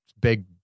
big